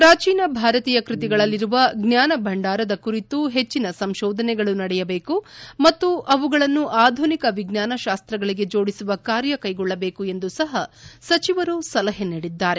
ಪ್ರಾಚೀನ ಭಾರತೀಯ ಕೃತಿಗಳಲ್ಲಿರುವ ಜ್ವಾನ ಭಂಡಾರದ ಕುರಿತು ಹೆಚ್ಚಿನ ಸಂಶೋಧನೆಗಳು ನಡೆಯಬೇಕು ಮತ್ತು ಅವುಗಳನ್ನು ಆಧುನಿಕ ವಿಜ್ಞಾನ ಶಾಸ್ತಗಳಿಗೆ ಜೋಡಿಸುವ ಕಾರ್ಯ ಕೈಗೊಳ್ಳಬೇಕು ಎಂದು ಸಹ ಸಚಿವರು ಸಲಹೆ ನೀಡಿದ್ದಾರೆ